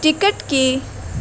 ticket کی